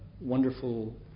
wonderful